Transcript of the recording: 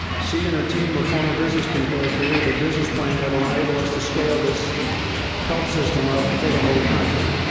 she and her team of former business people have created a business plan that will enable us to scale this health system up for the whole country.